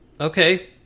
Okay